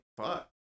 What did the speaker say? fuck